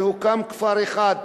הוקם כפר אחד ערבי.